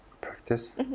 practice